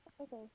Okay